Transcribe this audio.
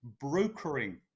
brokering